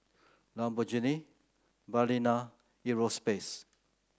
Lamborghini Balina Europace